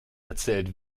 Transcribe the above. erzählte